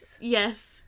Yes